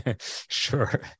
Sure